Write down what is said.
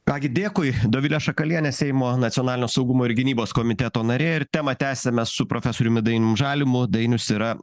ką gi dėkui dovilė šakalienė seimo nacionalinio saugumo ir gynybos komiteto narė ir temą tęsiame su profesoriumi dainium žalimu dainius yra